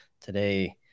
today